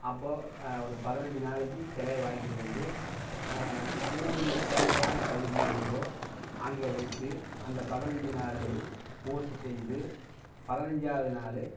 அப்போ ஒரு பதினஞ்சி நாளைக்கு சிலைய வாங்கிகிட்டு வந்து ஊரில் சென்டரான பகுதி எதுவோ அங்க வச்சு அந்த பதினஞ்சி நாளுமே பூசை செஞ்சு பதினஞ்சாவது நாள்